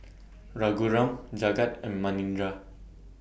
Raghuram Jagat and Manindra